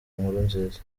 nkurunziza